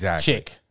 chick